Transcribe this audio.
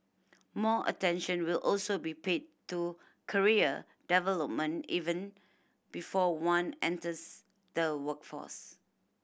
more attention will also be paid to career development even before one enters the workforce